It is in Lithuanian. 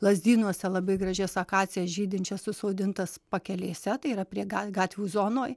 lazdynuose labai gražias akacijas žydinčias susodintas pakelėse tai yra prie ga gatvių zonoj